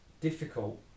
difficult